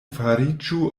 fariĝo